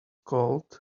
called